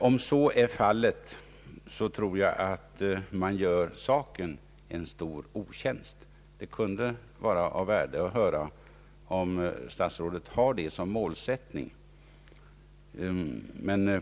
Om så är fallet, tror jag att man gör saken en stor otjänst. Det kunde vara av värde att höra om statsrådet har start i höst som målsättning.